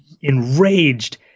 enraged